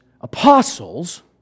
apostles